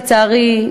לצערי,